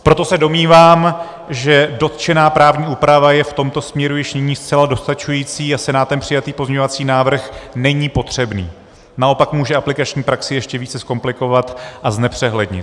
Proto se domnívám, že dotčená právní úprava je v tomto směru již nyní zcela dostačující a Senátem přijatý pozměňovací návrh není potřebný, naopak může aplikační praxi ještě více zkomplikovat a znepřehlednit.